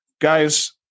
Guys